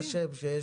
בבקשה.